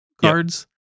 cards